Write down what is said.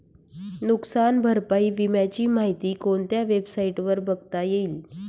नुकसान भरपाई विम्याची माहिती कोणत्या वेबसाईटवर बघता येईल?